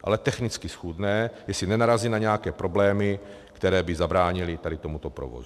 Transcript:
Ale technicky schůdné, jestli nenarazí na nějaké problémy, které by zabránily tady tomuto provozu.